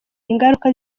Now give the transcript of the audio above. ingaruka